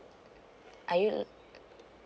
are you